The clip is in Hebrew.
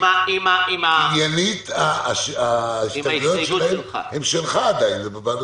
קניינית ההסתייגויות הן שלך עדיין ובבעלותך.